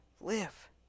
live